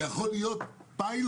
זה יכול להיות פיילוט,